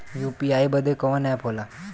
UPI बदे कवन app होला?